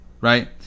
right